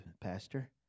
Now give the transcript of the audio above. pastor